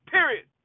Period